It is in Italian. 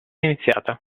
iniziata